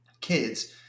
Kids